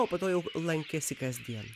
o po to jau lankėsi kasdien